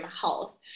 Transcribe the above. health